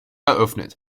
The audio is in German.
eröffnet